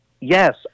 yes